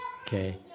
Okay